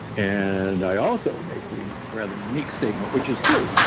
and i also make the rather unique statement, which is true,